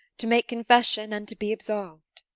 to make confession and to be absolv'd.